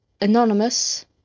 Anonymous